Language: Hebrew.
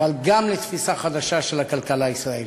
אבל גם לתפיסה חדשה של הכלכלה הישראלית.